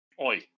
Oi